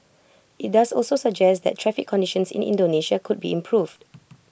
IT does also suggest that traffic conditions in Indonesia could be improved